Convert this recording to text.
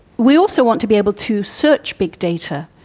we also want to be able to search big data,